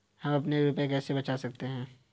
हम अपने रुपये कैसे बचा सकते हैं?